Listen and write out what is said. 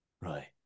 right